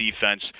defense